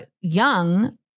young